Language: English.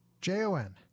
J-O-N